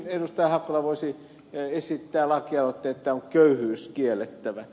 hakola voisi esittää lakialoitteen että on köyhyys kiellettävä